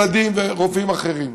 רופאי ילדים ורופאים אחרים.